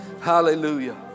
Hallelujah